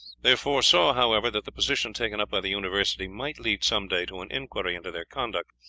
they foresaw, however, that the position taken up by the university might lead some day to an inquiry into their conduct,